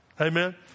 Amen